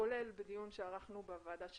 כולל בדיון שערכנו בוועדה שלנו.